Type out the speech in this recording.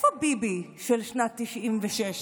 איפה ביבי של שנת 1996?